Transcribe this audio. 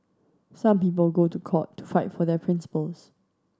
some people go to court to fight for their principles